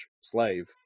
slave